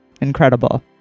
Incredible